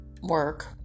work